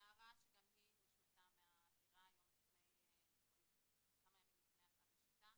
נערה שגם היא נשמטה מהעתירה היום כמה ימים לפני הגשתה.